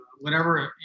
whenever